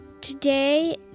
Today